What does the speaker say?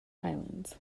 islands